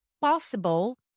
possible